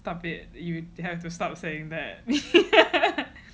stop it you have to stop saying that